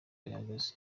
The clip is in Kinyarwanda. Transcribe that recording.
bihagaze